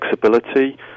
flexibility